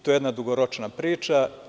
To je jedna dugoročna priča.